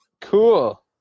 Cool